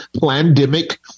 pandemic